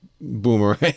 Boomerang